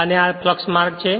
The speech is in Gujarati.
અને આ તે ફ્લક્ષ માર્ગ છે